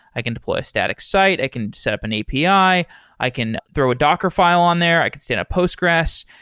i can deploy a static site. i can set up an api. i i can throw a docker file on there. i can stand up postgresql.